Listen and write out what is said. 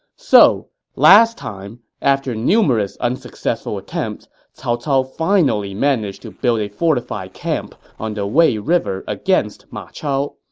so last time, after numerous unsuccessful attempts, cao cao finally managed to build a fortified camp on the wei river against ma chao,